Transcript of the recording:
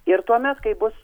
ir tuomet kai bus